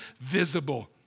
visible